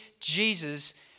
Jesus